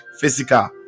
physical